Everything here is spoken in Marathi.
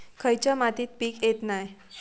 खयच्या मातीत पीक येत नाय?